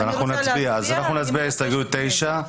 אז אנחנו נצביע על הסתייגות 9,